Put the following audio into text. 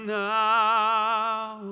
now